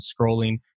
scrolling